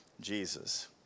Jesus